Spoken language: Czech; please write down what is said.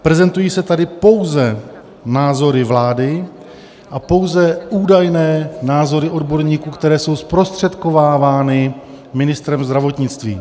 Prezentují se tady pouze názory vlády a pouze údajné názory odborníků, které jsou zprostředkovávány ministrem zdravotnictví.